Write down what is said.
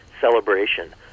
celebration